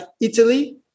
Italy